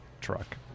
truck